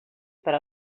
per